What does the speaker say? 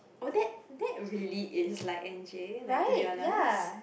oh that that really is like N_J like to be honest